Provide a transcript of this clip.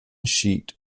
sheet